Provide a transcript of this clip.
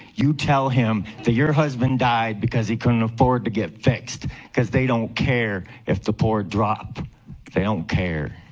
you tell him that your husband died because he couldn't afford to get fixed because they don't care if the poor drop they don't care